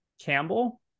Campbell